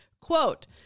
Quote